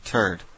Turd